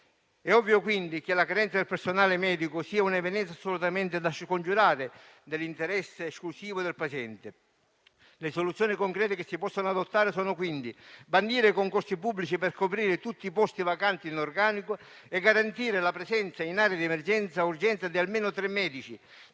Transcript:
È ovvio che la carenza del personale medico è un'evenienza assolutamente da scongiurare nell'interesse esclusivo del paziente. Le soluzioni concrete che si possono adottare sono, quindi, bandire concorsi pubblici per coprire tutti i posti vacanti in organico e garantire la presenza in aree di emergenza-urgenza di almeno tre medici